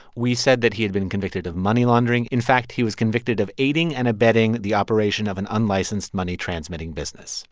we said that he had been convicted of money laundering. in fact, he was convicted of aiding and abetting the operation of an unlicensed money transmitting business